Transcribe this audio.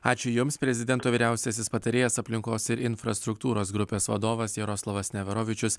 ačiū jums prezidento vyriausiasis patarėjas aplinkos ir infrastruktūros grupės vadovas jaroslavas neverovičius